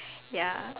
ya